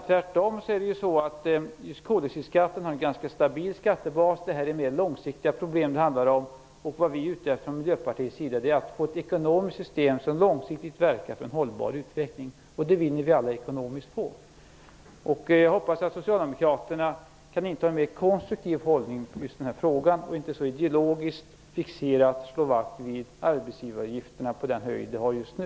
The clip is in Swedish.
Tvärtom har koldioxidskatten en ganska stabil skattebas. Det här handlar om mer långsiktiga problem. Vad vi i Miljöpartiet är ute efter är att vi vill ha ett ekonomiskt system som långsiktigt verkar för en hållbar utveckling. Det vinner vi alla ekonomiskt på. Jag hoppas att socialdemokraterna kan inta en mer konstruktiv hållning i den här frågan och inte så ideologiskt fixerat slå vakt om den nivå som arbetsgivaravgifterna har just nu.